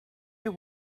you